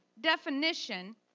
definition